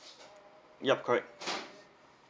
yup correct